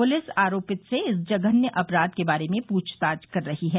police आरोपित से इस जघन्य अपराध के बारे में पूछताछ कर रही है